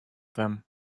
them